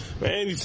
Man